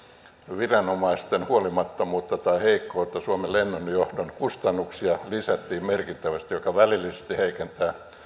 viranomaisten huolimattomuutta tai heikkoutta suomen lennonjohdon kustannuksia lisättiin merkittävästi mikä välillisesti heikentää